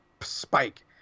spike